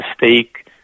mistake